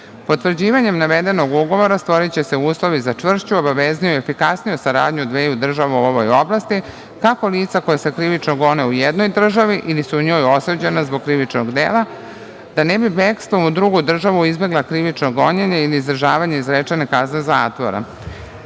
izručenju. Potvrđivanjem navedenog ugovora stvoriće se uslovi za čvršću, obavezniju i efikasniju saradnju dveju država u ovoj oblasti, kako lica koja se krivično gone u jednoj državi ili su u njoj osuđena zbog krivičnog dela ne bi bekstvom u drugu državu izbegla krivično gonjenje ili izdržavanje izrečene kazne zatvora. Delo